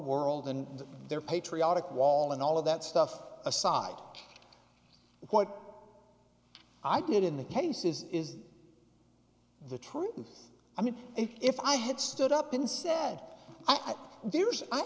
world and their patriotic wall and all of that stuff aside what i did in the case is is the truth i mean if i had stood up instead i'd do i